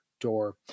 door